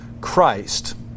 Christ